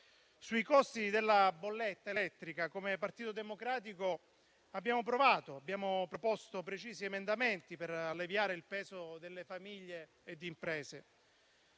al costo della bolletta elettrica, come Partito Democratico, abbiamo provato a proporre precisi emendamenti per alleviarne il peso per famiglie e imprese,